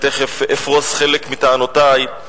ותיכף אפרוס חלק מטענותי,